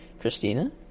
christina